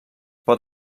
pot